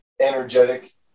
energetic